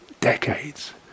decades